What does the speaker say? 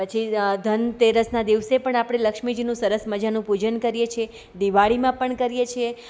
પછી ધનતેરસના દિવસે પણ આપણે લક્ષ્મીજીનું સરસ મજાનું પૂજન કરીએ છીએ દિવાળીમાં પણ કરીએ છીએ